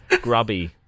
grubby